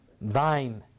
thine